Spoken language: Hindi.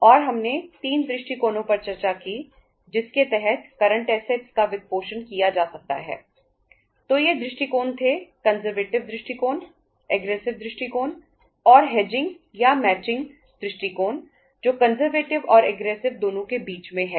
तो चर्चा के अंतिम भाग में हम करंट ऐसेटस दोनों के बीच में है